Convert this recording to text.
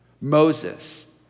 Moses